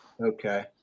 Okay